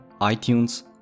iTunes